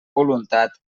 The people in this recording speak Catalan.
voluntat